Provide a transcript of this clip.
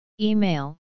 Email